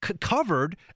covered